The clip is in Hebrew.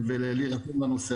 על איך ממשלה -- על הנפח.